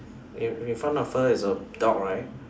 in in front of her is a dog right